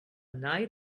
night